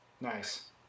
nice